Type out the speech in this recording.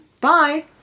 Bye